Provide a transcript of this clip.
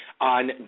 on